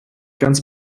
ganz